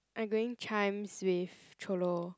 I going Chijmes with Cholo